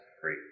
free